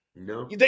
No